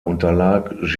unterlag